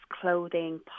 clothing